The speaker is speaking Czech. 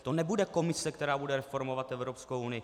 To nebude Komise, která bude reformovat Evropskou unii.